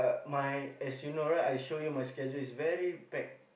my as you know right I show you my schedule is very packed